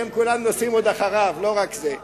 הם כולם נוסעים עוד אחריו, ולא רק זה.